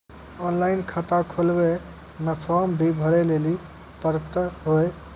Online खाता खोलवे मे फोर्म भी भरे लेली पड़त यो?